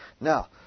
Now